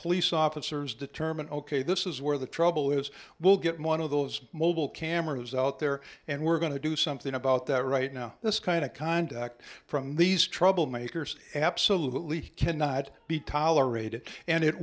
police officers determine ok this is where the trouble is we'll get one of those mobile cameras out there and we're going to do something about that right now this kind of conduct from these troublemakers absolutely cannot be tolerant it is and it